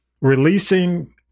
releasing